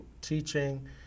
teaching